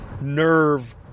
nerve